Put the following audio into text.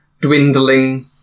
dwindling